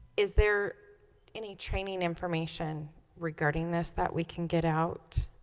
is there any training information regarding this that we can get out